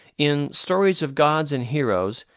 in stories of gods and heroes,